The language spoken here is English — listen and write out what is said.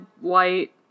white